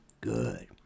Good